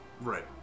Right